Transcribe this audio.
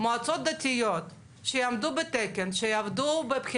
האם המועצה הדתית היא אוטומטית מותרת במתן